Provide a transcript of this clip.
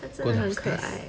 他真的很可爱 leh